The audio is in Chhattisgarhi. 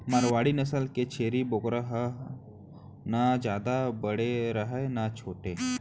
मारवाड़ी नसल के छेरी बोकरा ह न जादा बड़े रहय न छोटे